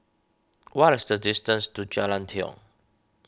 what is the distance to Jalan Tiong